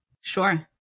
sure